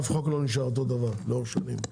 אף חוק לא נשאר אותו דבר לאורך שנים.